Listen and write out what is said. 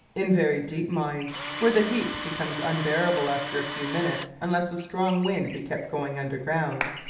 in very deep mines, where the heat becomes unbearable after a few minutes unless a strong wind be kept going underground,